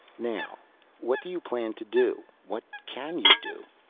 now what do you plan to do, what can you do?